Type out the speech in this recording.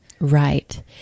Right